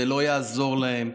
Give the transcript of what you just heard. זה לא יעזור להם,